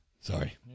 Sorry